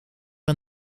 aan